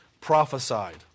prophesied